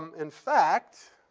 um in fact,